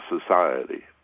society